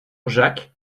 jacques